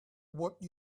what